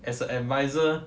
as an advisor